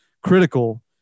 critical